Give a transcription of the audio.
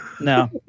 No